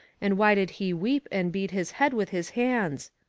and why did he weep and beat his head with his hands?